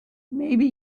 maybe